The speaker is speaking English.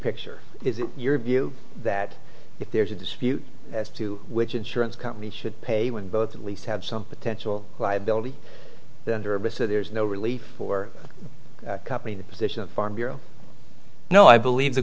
picture is it your view that if there's a dispute as to which insurance company should pay when both at least have some potential liability there's no really for a company the position of farm bureau no i believe the